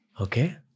Okay